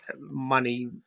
money